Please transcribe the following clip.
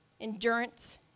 endurance